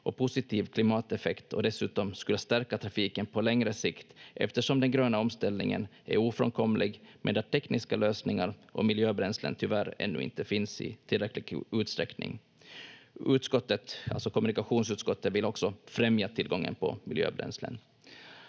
en positiv klimateffekt och skulle dessutom stärka trafiken på längre sikt, eftersom den gröna omställningen är ofrånkomlig, medan tekniska lösningar och miljöbränslen tyvärr ännu inte finns i tillräcklig utsträckning. Kommunikationsutskottet vill också främja tillgången på miljöbränslen.